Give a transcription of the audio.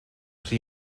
rhy